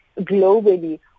globally